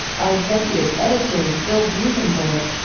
our executive editor is bill buzenberg,